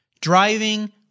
driving